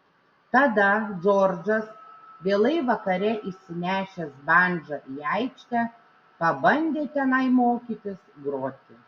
tada džordžas vėlai vakare išsinešęs bandžą į aikštę pabandė tenai mokytis groti